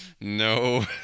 no